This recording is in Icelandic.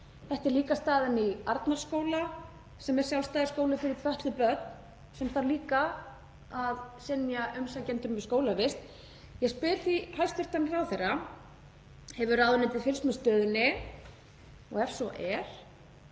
Þetta er líka staðan í Arnarskóla, sem er sjálfstæður skóli fyrir fötluð börn sem þarf líka að synja umsækjendum um skólavist. Ég spyr því hæstv. ráðherra: Hefur ráðuneytið fylgst með stöðunni? Og ef svo er,